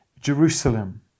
Jerusalem